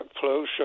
pollution